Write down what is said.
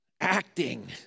acting